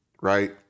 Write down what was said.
right